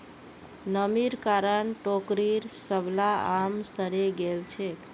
नमीर कारण टोकरीर सबला आम सड़े गेल छेक